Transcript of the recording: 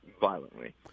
violently